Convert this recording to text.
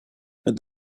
but